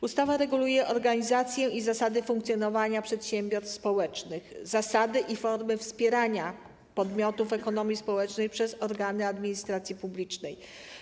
Ustawa reguluje organizację i zasady funkcjonowania przedsiębiorstw społecznych, zasady i formy wspierania podmiotów ekonomii społecznej przez organy administracji publicznej.